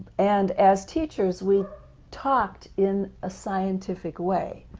and as teachers we talked in a scientific way,